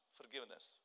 forgiveness